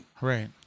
Right